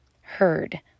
heard